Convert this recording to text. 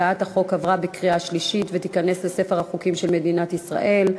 הצעת החוק עברה בקריאה שלישית ותיכנס לספר החוקים של מדינת ישראל.